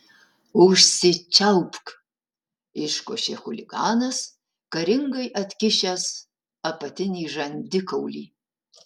užsičiaupk iškošė chuliganas karingai atkišęs apatinį žandikaulį